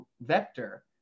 vector